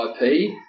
ip